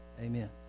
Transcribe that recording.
Amen